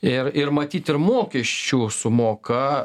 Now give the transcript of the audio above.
ir ir matyt ir mokesčių sumoka